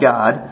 God